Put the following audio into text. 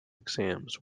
exams